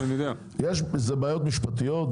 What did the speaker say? יש בזה בעיות משפטיות.